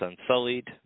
Unsullied